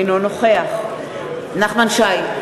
אינו נוכח נחמן שי,